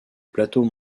plateau